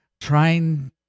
trying